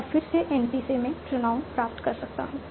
अब फिर से NP से मैं प्रोनाउन प्राप्त कर सकता हूं